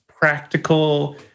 practical